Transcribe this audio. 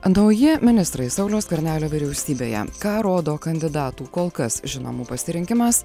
nauji ministrai sauliaus skvernelio vyriausybėje ką rodo kandidatų kol kas žinomų pasirinkimas